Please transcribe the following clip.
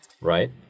Right